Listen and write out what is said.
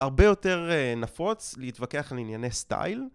הרבה יותר נפוץ להתווכח על ענייני סטייל